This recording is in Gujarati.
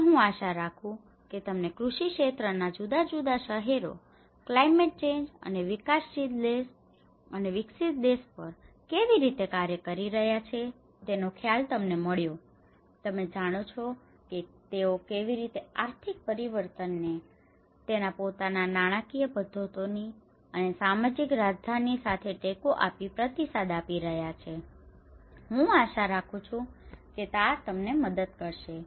તેથી હું આશા રાખું છું કે તમને કૃષિ ક્ષેત્રના જુદા જુદા શહેરો ક્લાયમેટ ચેન્જ અને વિકાસશીલ દેશ અને વિકસિત દેશ પર કેવી રીતે કાર્ય કરી રહ્યાં છે તેનો ખ્યાલ તમને મળ્યો હશે તમે જાણો છો કે તેઓ કેવી રીતે આર્થિક પરિવર્તનને તેમના પોતાના નાણાકીય પદ્ધતિઓની અને સામાજિક રાજધાનીઓ સાથે ટેકો આપીને પ્રતિસાદ આપી રહ્યા છે બરાબર હું આશા રાખું છું કે આ તમને મદદ કરશે